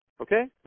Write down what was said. Okay